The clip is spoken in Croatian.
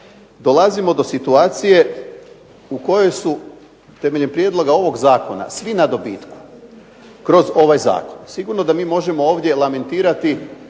dolazimo do situacije u kojoj su temeljem prijedloga ovoga zakona svi na dobitku kroz ovaj zakon. Sigurno da mi ovdje možemo lamintirati